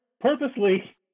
purposely